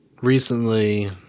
recently